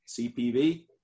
CPV